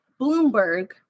Bloomberg